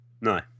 No